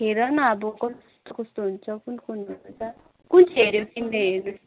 हेर न अब कस्तो कस्तो हुन्छ कुन कुन हुन्छ कुन चाहिँ हेऱ्यौ तिमीले